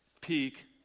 peak